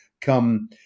come